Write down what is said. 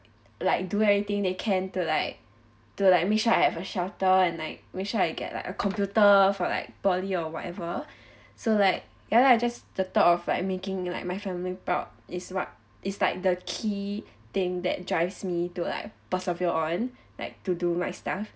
like do everything they can to like to like make sure I have a shelter and like make sure I get like a computer for like poly or whatever so like ya lah just the thought of like making like my family proud is what it's like the key thing that drives me to like persevere on like to do my stuff